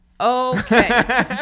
okay